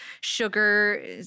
sugar